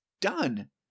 done